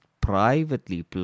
privately